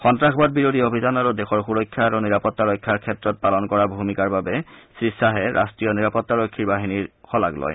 সন্নাসবাদ বিৰোধী অভিযান আৰু দেশৰ সুৰক্ষা আৰু নিৰাপত্তা ৰক্ষাৰ ক্ষেত্ৰত পালন কৰা ভূমিকা বাবে শ্ৰীয়াহে ৰট্টায় নিৰাপত্তাৰক্ষীৰ বাহিনীৰ শঁলাগ লয়